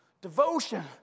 Devotion